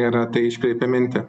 yra tai iškreipia mintį